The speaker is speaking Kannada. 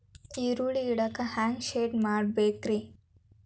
ಈರುಳ್ಳಿ ಇಡಾಕ ಹ್ಯಾಂಗ ಶೆಡ್ ಮಾಡಬೇಕ್ರೇ?